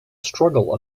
struggle